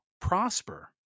prosper